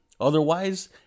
Otherwise